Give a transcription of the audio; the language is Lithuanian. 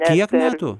kiek metų